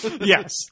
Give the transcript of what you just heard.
Yes